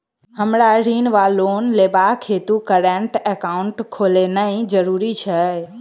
हमरा ऋण वा लोन लेबाक हेतु करेन्ट एकाउंट खोलेनैय जरूरी छै?